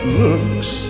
looks